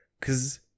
Cause